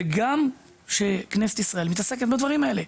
וגם שכנסת ישראל מתעסקת בדברים האלה.